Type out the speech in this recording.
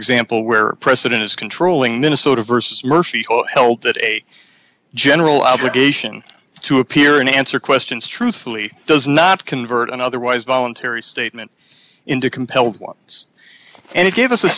example where a precedent is controlling minnesota versus murphy oil held that a general obligation to appear in answer questions truthfully does not convert an otherwise voluntary statement into compelled ones and it gave us a